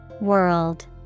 World